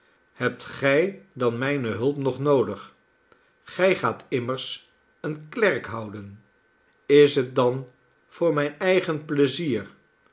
hebt gij dan mijne hulp nog noodig gij gaat immers een klerk houden i is het dan voor m'y'n eigen pleizier